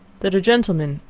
that a gentleman,